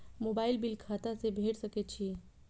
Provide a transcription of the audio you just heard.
Mobile bill खाता से भेड़ सके छि?